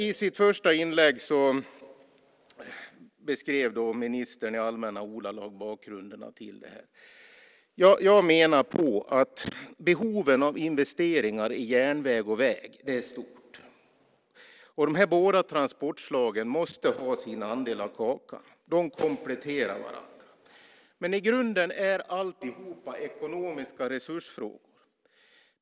I sitt första inlägg beskrev ministern i allmänna ordalag bakgrunden till detta. Jag menar att behovet av investeringar i järnväg och väg är stort. Dessa båda transportslag måste ha sin andel av kakan. De kompletterar varandra. I grunden är alltihop ekonomiska resursfrågor.